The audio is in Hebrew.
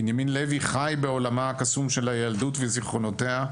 בנימין לוי חי בעולמה הקסום של הילדות וזיכרונותיה,